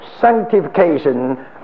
sanctification